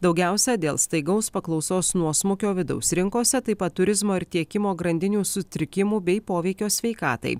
daugiausiai dėl staigaus paklausos nuosmukio vidaus rinkose taip pat turizmo ir tiekimo grandinių sutrikimų bei poveikio sveikatai